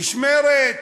איש מרצ,